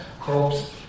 crops